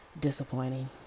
disappointing